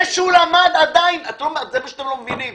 זה מה שאתם לא מבינים,